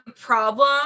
problem